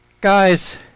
guys